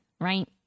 right